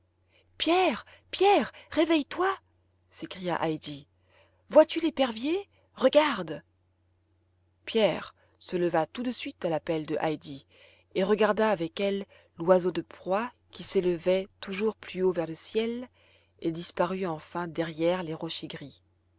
pierre pierre réveille-toi s'écria heidi vois-tu l'épervier regarde pierre se leva tout de suite à l'appel de heidi et regarda avec elle l'oiseau de proie qui s'élevait toujours plus haut vers le ciel et disparut enfin derrière les rochers gris